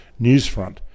Newsfront